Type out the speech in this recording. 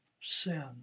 sin